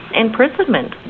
imprisonment